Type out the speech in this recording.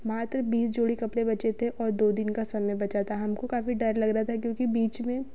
मात्र बीस जोड़ी कपड़े बचे थे और दो दिन का समय बचा था हमको काफ़ी डर लग रहा था क्योंकि बीच में